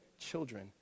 children